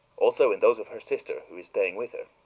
also in those of her sister, who is staying with her.